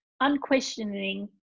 unquestioning